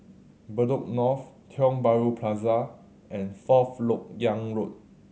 Bedok North Tiong Bahru Plaza and Fourth Lok Yang Road